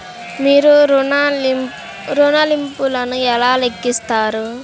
మీరు ఋణ ల్లింపులను ఎలా లెక్కిస్తారు?